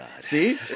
See